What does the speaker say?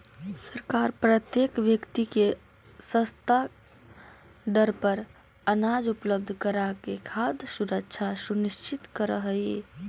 सरकार प्रत्येक व्यक्ति के सस्ता दर पर अनाज उपलब्ध कराके खाद्य सुरक्षा सुनिश्चित करऽ हइ